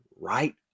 right